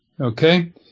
okay